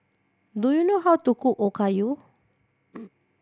do you know how to cook Okayu